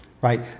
right